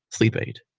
sleep eight.